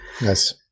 yes